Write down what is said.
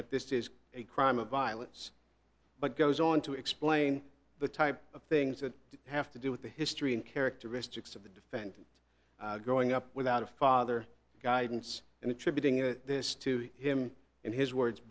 that this is a crime of violence but goes on to explain the type of things that have to do with the history and characteristics of the defendant growing up without a father guidance and attributing this to him in his words